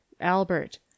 albert